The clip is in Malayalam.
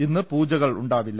ഇന്ന് പൂജകൾ ഉണ്ടാവില്ല